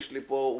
יש לי פה אולם,